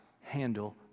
handle